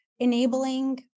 enabling